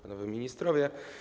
Panowie Ministrowie!